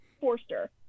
Forster